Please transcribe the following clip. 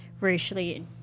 racially